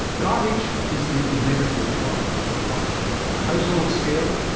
garbage is the inevitable product of life. on a household scale,